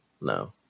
no